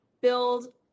build